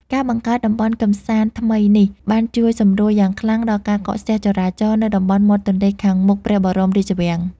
ការបង្កើតតំបន់កម្សាន្តថ្មីនេះ បានជួយសម្រួលយ៉ាងខ្លាំងដល់ការកកស្ទះចរាចរណ៍នៅតំបន់មាត់ទន្លេខាងមុខព្រះបរមរាជវាំង។